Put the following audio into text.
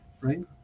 right